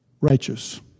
righteous